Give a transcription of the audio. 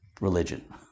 religion